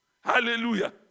Hallelujah